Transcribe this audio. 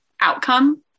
outcome